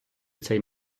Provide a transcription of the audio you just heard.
цей